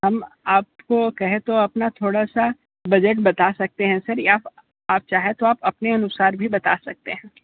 हम आपको कहें तो अपना थोड़ा सा बजट बता सकते हैं सर आप आप चाहें तो अपने अनुसार भी बता सकते हैं